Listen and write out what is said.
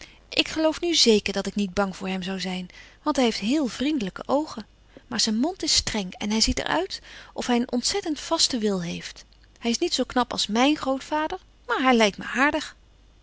ik geloof nu zeker dat ik niet bang voor hem zou zijn want hij heeft heel vriendelijke oogen maar zijn mond is streng en hij ziet er uit of hij een ontzettend vasten wil heeft hij is niet zoo knap als mijn grootvader maar hij lijkt me aardig